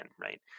right